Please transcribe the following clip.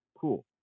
Cool